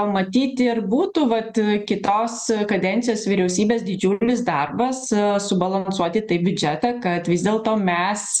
matyt ir būtų vat kitos kadencijos vyriausybės didžiulis darbas subalansuoti taip biudžetą kad vis dėlto mes